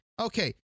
Okay